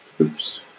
Oops